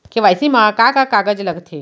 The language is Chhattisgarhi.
के.वाई.सी मा का का कागज लगथे?